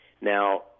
Now